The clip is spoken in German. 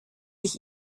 ich